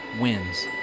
wins